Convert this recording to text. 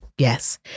Yes